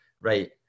right